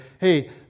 hey